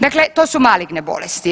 Dakle, to su maligne bolesti.